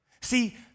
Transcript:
See